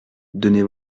donnez